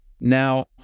Now